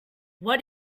what